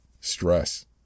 stress